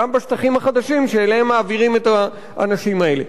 גם בשטחים החדשים שאליהם מעבירים את האנשים האלה.